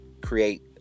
create